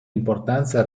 importanza